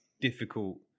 difficult